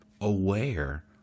aware